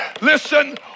Listen